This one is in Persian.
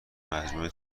مجموعه